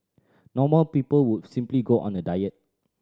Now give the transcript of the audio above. normal people would simply go on a diet